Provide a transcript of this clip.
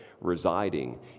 residing